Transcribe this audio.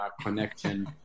connection